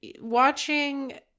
watching